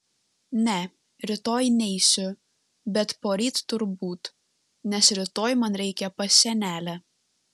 ne rytoj neisiu bet poryt turbūt nes rytoj man reikia pas senelę